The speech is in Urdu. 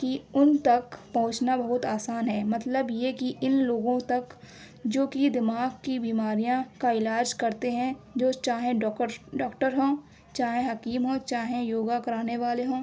کہ ان تک پہنچنا بہت آسان ہے مطلب یہ کہ ان لوگوں تک جو کہ دماغ کی بیماریاں کا علاج کرتے ہیں جو چاہیں ڈاکرش ڈاکٹر ہوں چاہے حکیم ہوں چاہے یوگا کرانے والے ہوں